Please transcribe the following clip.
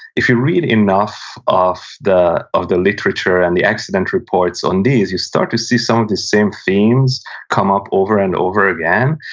if you read enough of the of the literature and the accident reports on these, you start to see some of the same themes come up over and over again.